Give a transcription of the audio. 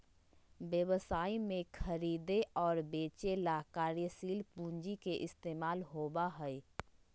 व्यवसाय में खरीदे और बेंचे ला कार्यशील पूंजी के इस्तेमाल होबा हई